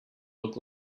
look